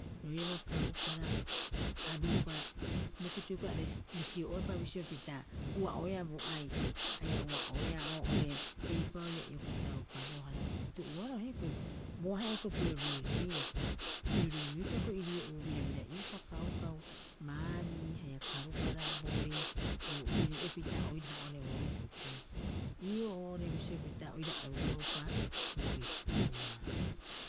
Eea oo'ore eipa'oo ia ioka taupabohara. Tu'uoaroha hioko'i, bo ahe'a hioko'i piro ruiruiepa, roiraba karukara a ruupara rukutu are bisio'oepa bisio pita au'oeea bo ai'o haia ua'opiro ruiruiepa hioko'i irue'uu birabira'ioupa kaukau, baabii haia karukara boorii iru'epita oiraha oo'ore bo rukutu. Ii'oo oo'ore bisio pita oira ebuaupa bo ipu'ua